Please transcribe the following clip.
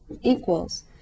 equals